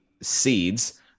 seeds